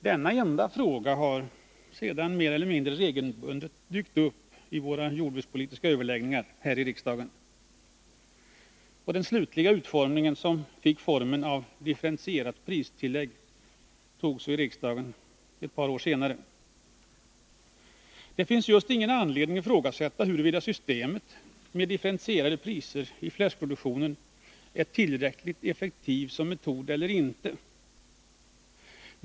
Denna enda fråga har sedan mer eller mindre regelbundet dykt upp i våra jordbrukspolitiska överläggningar här i riksdagen. Den slutliga utformningen, som fick formen av differentierat pristillägg, togs i riksdagen först ett par år senare. Det finns ingen anledning att ifrågasätta huruvida systemet med differentierade priser i fläskproduktionen är tillräckligt effektivt som metod eller inte.